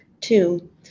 Two